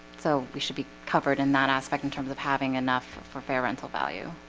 so we should be covered in that aspect in terms of having enough for fair rental value.